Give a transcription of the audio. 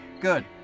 good